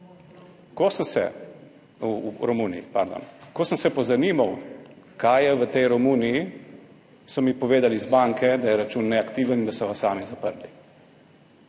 Ko sem se pozanimal, kaj je v tej Romuniji, so mi povedali iz banke, da je račun neaktiven in da so ga sami zaprli.